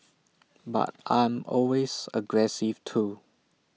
but I'm always aggressive too